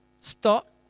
Stop